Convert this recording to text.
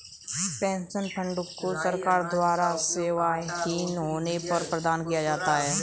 pension fund को सरकार द्वारा सेवाविहीन होने पर प्रदान किया जाता है